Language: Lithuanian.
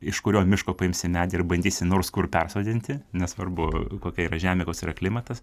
iš kurio miško paimsi medį ir bandysi nors kur persodinti nesvarbu kokia yra žemė koks yra klimatas